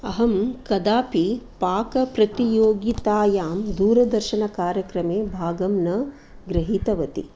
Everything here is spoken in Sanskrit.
अहं कदापि पाकप्रतियोगितायां दूरदर्शन कार्यक्रमे भागं न गृहीतवती